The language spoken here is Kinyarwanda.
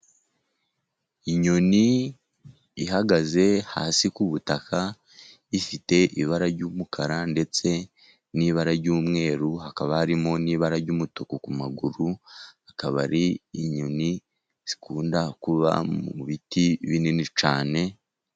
Inyoni ihagaze hasi ku butaka, ifite ibara ry'umukara ndetse n'ibara ry'umweru, hakaba harimo n'ibara ry'umutuku ku maguru, akaba ari inyoni zikunda kuba mu biti binini cyane.